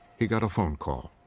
he got a phone call.